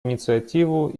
инициативу